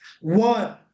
One